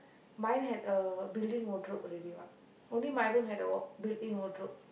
mine had a built in wardrobe already what only my room had a built in wardrobe